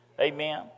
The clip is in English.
Amen